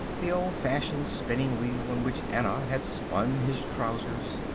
the old-fashioned spinning-wheel on which anna had spun his trousers,